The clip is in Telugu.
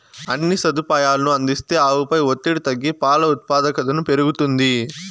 అన్ని సదుపాయాలనూ అందిస్తే ఆవుపై ఒత్తిడి తగ్గి పాల ఉత్పాదకతను పెరుగుతుంది